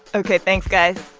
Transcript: and ok. thanks, guys.